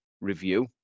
review